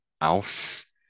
else